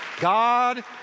God